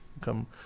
come